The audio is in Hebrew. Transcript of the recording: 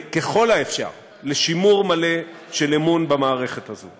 ככל האפשר, לשימור מלא של אמון במערכת הזאת.